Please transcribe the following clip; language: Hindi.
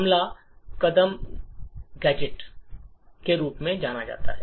पहला कदम गैजेट के रूप में जाना जाता है